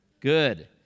Good